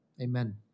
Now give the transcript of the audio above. Amen